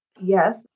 Yes